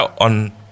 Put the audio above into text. on